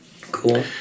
cool